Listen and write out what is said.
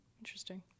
interesting